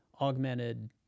augmented